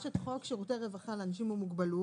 יש את חוק שירותי רווחה לאנשים עם מוגבלות.